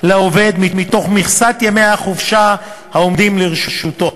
לעובד מתוך מכסת ימי החופשה העומדים לרשותו.